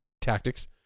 tactics